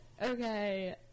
Okay